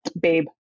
babe